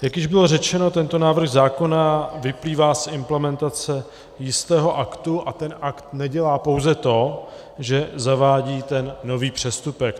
Jak již bylo řečeno, tento návrh zákona vyplývá z implementace jistého aktu, a ten akt nedělá pouze to, že zavádí ten nový přestupek.